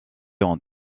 ont